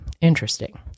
Interesting